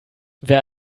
wer